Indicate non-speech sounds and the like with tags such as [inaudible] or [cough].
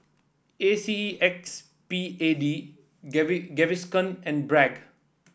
A C E X P A D [unintelligible] Gaviscon and Bragg